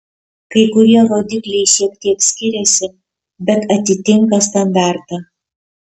kai kurie rodikliai šiek tiek skiriasi bet atitinka standartą